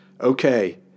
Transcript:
okay